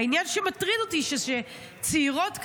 העניין שמטריד אותי הוא שצעירות כאלה,